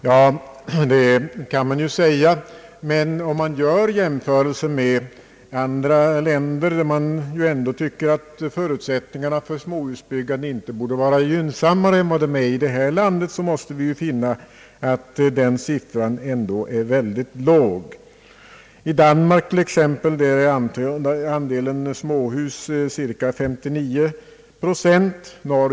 Ja, det kan man ju tycka, men vid jämförelse med andra länder, i vilka man tycker att förutsättningarna för småhusbyggande inte borde vara gynnsammare än de är i detta land, finner vi att vår siffra ändå är mycket låg. I Danmark t.ex. är andelen småhus cirka 39 procent av nyproduktionen.